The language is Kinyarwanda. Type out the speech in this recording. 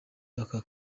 aka